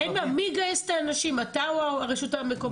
מי יגייס את האנשים אתה או הרשות המקומית?